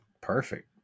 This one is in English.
perfect